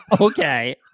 Okay